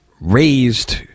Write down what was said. raised